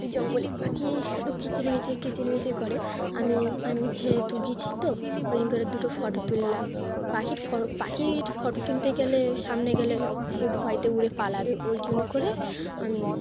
ওই জঙ্গলে পাখি শুধু কিচিরমিচির কিচিরমিচির করে আমি আমি যেহেতু গিয়েছি তো ওই জন্য করে দুটো ফটো তুললাম পাখির ফ পাখির ফটো তুলতে গেলে সামনে গেলে ও ভয়েতে উড়ে পালাবে ওই জন্য করে আমি